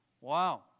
Wow